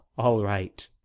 all right!